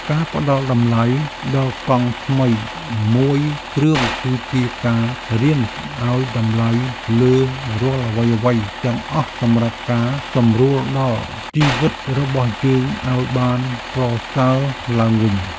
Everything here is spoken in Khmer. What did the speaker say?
ការផ្ដល់តម្លៃដល់កង់ថ្មីមួយគ្រឿងគឺជាការរៀនឱ្យតម្លៃលើរាល់អ្វីៗទាំងអស់សម្រាប់ការសម្រួលដល់ជីវិតរបស់យើងឱ្យបានប្រសើរឡើងវិញ។